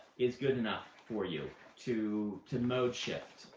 is good enough for you to to mode shift,